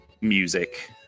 music